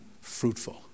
fruitful